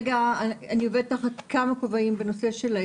אני מרמת ישי ואני נציג מתנועת הנוער למען